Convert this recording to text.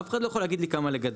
אף אחד לא יכול להגיד לי כמה לגדל.